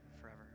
forever